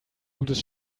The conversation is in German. gutes